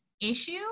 issue